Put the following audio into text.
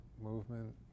Movement